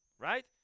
Right